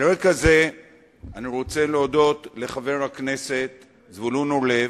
על רקע זה אני רוצה להודות לחבר הכנסת זבולון אורלב,